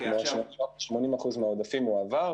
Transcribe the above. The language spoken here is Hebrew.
80 אחוזים מהעודפים הועבר.